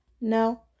No